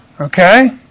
Okay